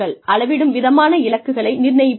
அளவிடும் விதமான இலக்குகளை நிர்ணயிக்கிறீர்கள்